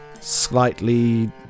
slightly